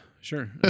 sure